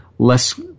less